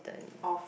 off